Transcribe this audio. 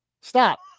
Stop